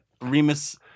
Remus